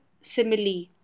simile